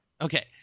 Okay